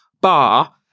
bar